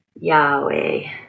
Yahweh